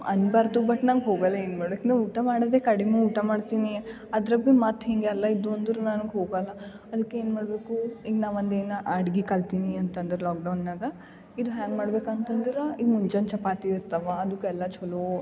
ಅನ್ಬಾರದು but ನಂಗೆ ಹೋಗೋಲ್ಲ ಏನು ಮಾಡೋಕ್ ನಾ ಊಟ ಮಾಡೋದೇ ಕಡಿಮೆ ಊಟ ಮಾಡ್ತೀನಿ ಅದ್ರಗು ಮತ್ತು ಹಿಂಗೆಲ್ಲ ಇದ್ವು ಅಂದ್ರೆ ನನ್ಗೆ ಹೋಗೋಲ್ಲ ಅದ್ಕೆ ಏನು ಮಾಡಬೇಕು ಈಗ ನಾವು ಒಂದು ಏನು ಅಡುಗೆ ಕಲ್ತಿನಿ ಅಂತಂದ್ರೆ ಲಾಕ್ಡೌನ್ನಾಗ ಇದು ಹೆಂಗೆ ಮಾಡ್ಬೇಕು ಅಂತಂದ್ರೆ ಈಗ ಮುಂಜಾನೆ ಚಪಾತಿ ಇರ್ತವ ಅದಕ್ಕೆಲ್ಲ ಚಲೋ